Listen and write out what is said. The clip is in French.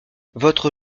votre